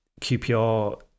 QPR